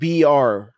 BR